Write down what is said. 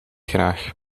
graag